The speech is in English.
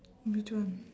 which one